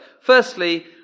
Firstly